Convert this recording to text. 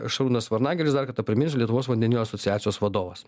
šarūnas varnagiris dar kartą priminsiu lietuvos vandenilio asociacijos vadovas